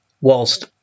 whilst